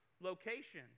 location